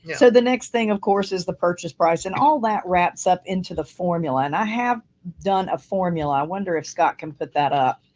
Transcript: so the next thing of course is the purchase price and all that wraps up into the formula and i have done a formula. i wonder if scott can put that up